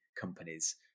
companies